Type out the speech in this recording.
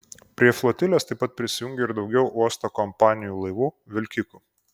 prie flotilės taip pat prisijungė ir daugiau uosto kompanijų laivų vilkikų